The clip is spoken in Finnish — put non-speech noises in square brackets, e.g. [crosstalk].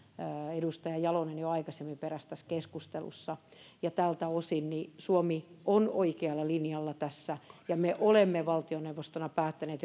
edustaja juvonen jo aikaisemmin peräsi tässä keskustelussa tältä osin suomi on oikealla linjalla tässä ja me olemme valtioneuvostona päättäneet [unintelligible]